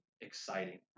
exciting